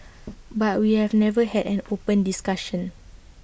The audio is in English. but we have never had an open discussion